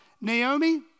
Naomi